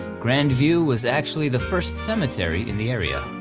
grand view was actually the first cemetery in the area,